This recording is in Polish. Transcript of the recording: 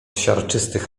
siarczystych